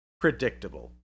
predictable